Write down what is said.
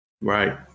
Right